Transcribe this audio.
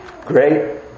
great